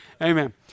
Amen